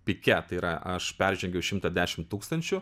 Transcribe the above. pike tai yra aš peržengiau šimtą dešim tūkstančių